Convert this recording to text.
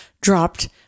dropped